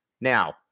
Now